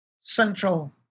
central